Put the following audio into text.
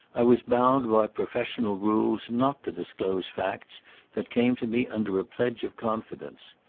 i was bound by professional rules not to disclose facts that came to me under a pledge of confidence.